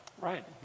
Right